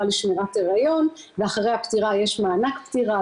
לשמירת הריון ואחרי הפטירה יש מענק פטירה,